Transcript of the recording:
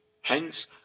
Hence